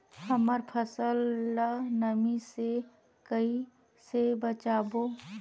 हमर फसल ल नमी से क ई से बचाबो?